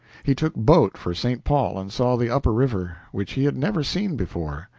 he took boat for st. paul and saw the upper river, which he had never seen before.